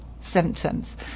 symptoms